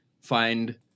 find